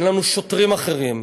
אין לנו שוטרים אחרים.